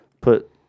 put